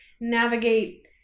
navigate